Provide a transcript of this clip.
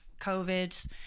covid